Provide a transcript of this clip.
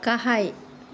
गाहाय